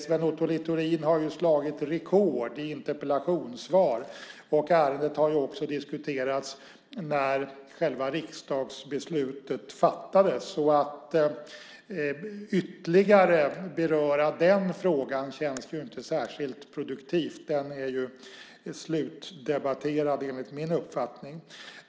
Sven Otto Littorin har ju slagit rekord i interpellationssvar. Ärendet har också diskuterats när själva riksdagsbeslutet fattades. Att ytterligare beröra den frågan känns inte särskilt produktivt. Den är slutdebatterad, enligt min uppfattning.